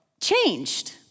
changed